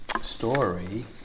story